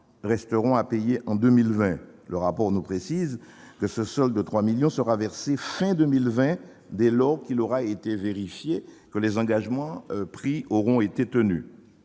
resteront à payer en 2020, le rapport précisant que ce solde « sera versé fin 2020, dès lors qu'il aura été vérifié que les engagements pris auront été tenus